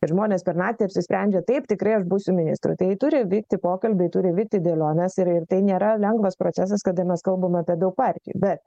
žmonės per naktį apsisprendžia taip tikrai aš būsiu ministru tai turi vykti pokalbiai turi vykti dėlionės ir ir tai nėra lengvas procesas kada mes kalbam apie daug partijų bet